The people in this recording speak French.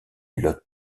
lot